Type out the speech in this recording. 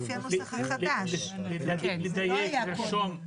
זה לפי הנוסח החדש, זה לא היה קודם.